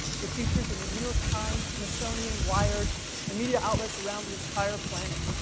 with features in the new york times, smithsonian, wired and media outlets around the entire planet.